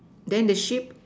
then the sheep